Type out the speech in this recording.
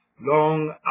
long